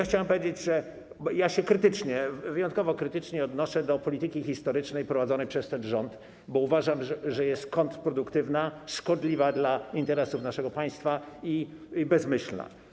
Chciałem powiedzieć, że wyjątkowo krytycznie odnoszę się do polityki historycznej prowadzonej przez ten rząd, bo uważam, że jest kontrproduktywna, szkodliwa dla interesów naszego państwa i bezmyślna.